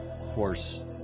horse